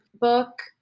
book